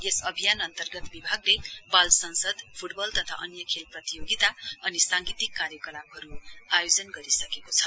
यस अभियान अन्तर्गत विभागले बाल संसद फ्टबल तथा अन्य खेल प्रतियोगिता अनि सांगीतिक कार्यकलापहरू आयोजना गरिएको छ